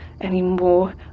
anymore